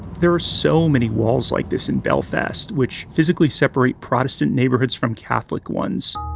there are so many walls like this in belfast, which physically separate protestant neighborhoods from catholic ones.